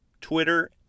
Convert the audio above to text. Twitter